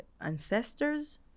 ancestors